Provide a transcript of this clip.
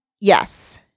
Yes